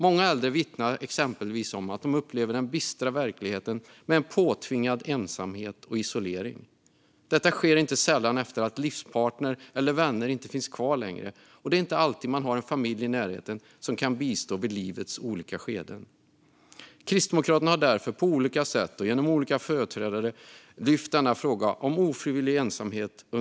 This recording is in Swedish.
Många äldre vittnar exempelvis om att de upplever en bister verklighet i form av påtvingad ensamhet och isolering. Detta sker inte sällan efter att livspartner eller vänner inte längre finns kvar. Det är inte alltid man har en familj i närheten som kan bistå i livets olika skeden. Kristdemokraterna har därför under de senaste åren på olika sätt och genom olika företrädare lyft frågan om ofrivillig ensamhet.